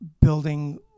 building